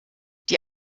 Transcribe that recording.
die